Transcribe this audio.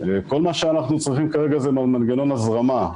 כל מה שאנחנו צריכים כרגע זה מנגנון הזרמה.